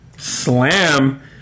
Slam